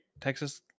Texas